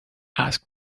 asked